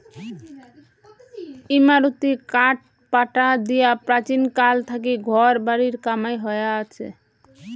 ইমারতী কাঠপাটা দিয়া প্রাচীনকাল থাকি ঘর বাড়ির কামাই হয়া আচে